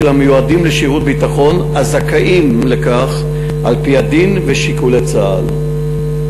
המיועדים לשירות ביטחון הזכאים לכך על-פי הדין ושיקולי צה"ל.